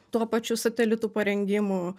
tuo pačiu satelitų parengimu